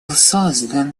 создан